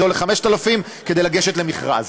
זה עולה 5,000 כדי לגשת למכרז.